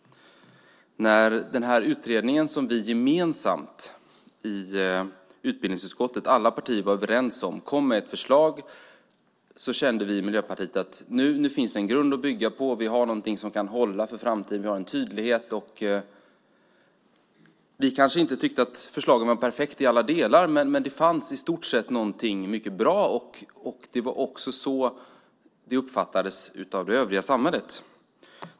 När utredningen, som alla partier i utbildningsutskottet var överens om, kom med ett förslag kände vi i Miljöpartiet att det fanns en grund att bygga på, att vi hade något som kan hålla för framtiden och att vi hade en tydlighet. Vi kanske inte tyckte att förslaget var perfekt i alla delar, men det fanns något mycket bra. Det var också så det uppfattades av samhället i övrigt.